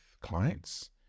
clients